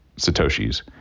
Satoshis